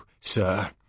sir